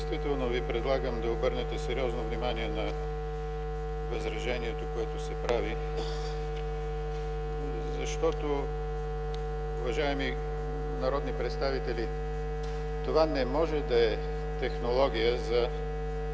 действително Ви предлагам да обърнете сериозно внимание на възражението, което се прави, защото, уважаеми народни представители, това не може да е технология за